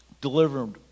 delivered